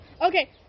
Okay